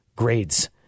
grades